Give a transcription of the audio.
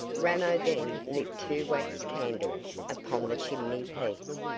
ramo then lit two wax candles upon the chimney-piece,